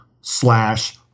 slash